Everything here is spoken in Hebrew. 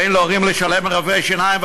כי אין להורים לשלם על רופא שיניים.